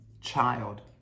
Child